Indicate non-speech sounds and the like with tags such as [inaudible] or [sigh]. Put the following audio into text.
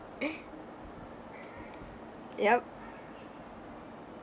[laughs] yup